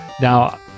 Now